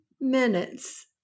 minutes